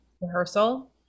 rehearsal